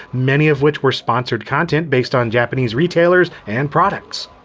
many of which were sponsored content based on japanese retailers and products.